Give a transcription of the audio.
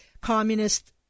communist